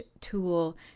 tool